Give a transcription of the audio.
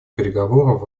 переговоров